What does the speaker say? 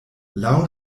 laŭ